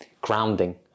grounding